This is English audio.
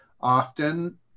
often